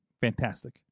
Fantastic